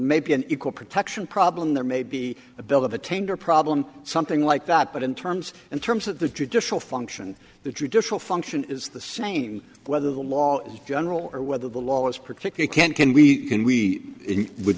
maybe an equal protection problem there may be a bill of attainder problem something like that but in terms in terms of the judicial function the judicial function is the same whether the law is general or whether the law is particular can can we can we would